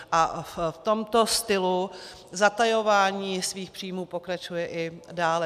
V tomto stylu zatajování svých příjmů pokračuje dále.